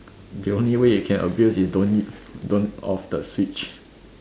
the only way you can abuse is don't don't off the switch